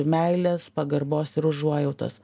meilės pagarbos ir užuojautos